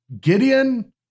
Gideon